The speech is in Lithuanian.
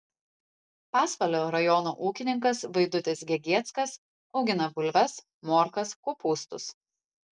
pasvalio rajono ūkininkas vaidutis gegieckas augina bulves morkas kopūstus